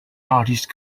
artist